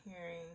hearing